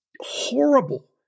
horrible